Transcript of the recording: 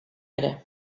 ere